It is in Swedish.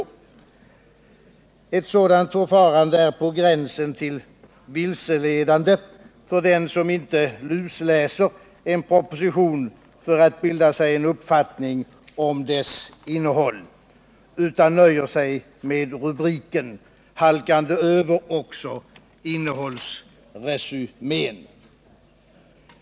Ett sådant förfarande är på gränsen till vilseledande för den som inte lusläser en proposition för att bilda sig en uppfattning om dess innehåll utan nöjer sig med rubriken, halkande över också innehållsresumén.